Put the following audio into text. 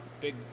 big